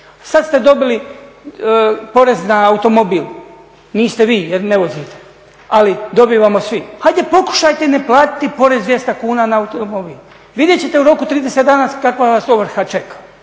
Sad ste dobili porez na automobil, niste vi, jer ne vozite, ali dobivamo svi. Hajde pokušajte ne platiti porez 200 kuna na automobil. Vidjet ćete u roku 30 dana kakva vas ovrha čeka